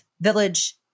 village